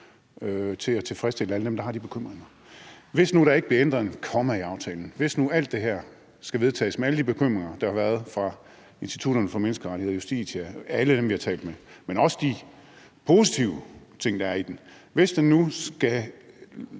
til at tilfredsstille alle dem, der har de bekymringer. Hvis nu der ikke bliver ændret et komma i aftalen, og hvis nu alt det her skal vedtages med alle de bekymringer, der har været fra Institut for Menneskerettigheder, Justitia og alle dem, vi har talt med, men også med alle de positive ting, der er i den, altså hvis den nu skal